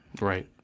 Right